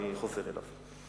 אני חוזר אליו.